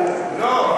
לא,